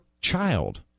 child